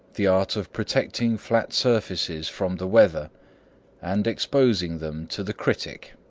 the art of protecting flat surfaces from the weather and exposing them to the critic.